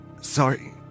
sorry